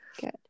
Good